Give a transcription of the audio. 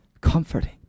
Comforting